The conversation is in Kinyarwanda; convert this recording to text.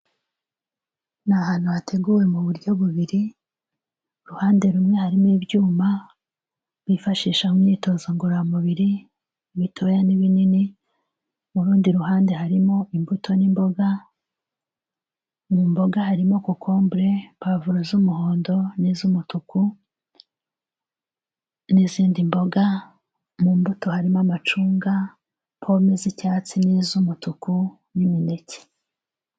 Ni ahantu hateguwe mu buryo bubiri iruhande, uruhande rumwe harimo ibyuma, bifashisha mu myitozo ngororamubiri, ibitoya n'ibinini, mu rundi ruhande harimo imbuto n'imboga, mu mboga harimo kokombure, pavuro z'umuhondo n'iz'umutuku, n'izindi mboga. Mu mbuto harimo amacunga, pome z'icyatsi n'iz'umutuku, n'imineke.